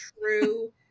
true